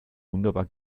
wunderbar